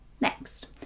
next